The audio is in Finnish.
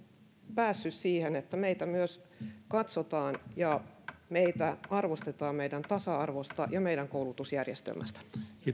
päässeet siihen että meitä myös katsotaan ja meitä arvostetaan meidän tasa arvostamme ja meidän koulutusjärjestelmästämme